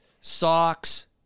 socks